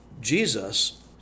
Jesus